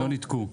לא ניתקו.